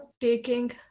taking